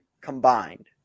combined